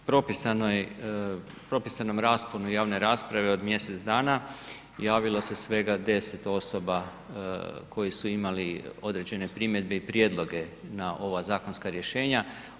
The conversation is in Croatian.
U propisanoj, propisanom rasponu javne rasprave od mjesec dana javilo se svega 10 osoba koji su imali određene primjedbe i prijedloge na ova zakonska rješenja.